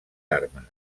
armes